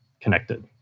connected